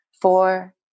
four